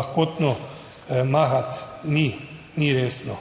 lahkotno mahati, ni resno.